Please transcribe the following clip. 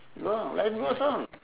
no life goes on